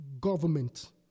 government